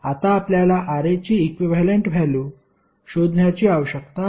आता आपल्याला Ra ची इक्विव्हॅलेंट व्हॅल्यु शोधण्याची आवश्यकता आहे